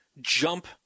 Jump